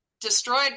destroyed